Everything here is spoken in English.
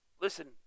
Listen